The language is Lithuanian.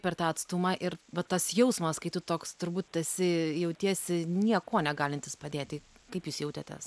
per tą atstumą ir va tas jausmas kai tu toks turbūt esi jautiesi niekuo negalintis padėti kaip jūs jautėtės